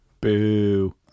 boo